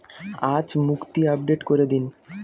আজ মুক্তি আপডেট করে দিন